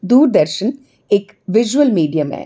दूरदर्शन इक visual medium ऐ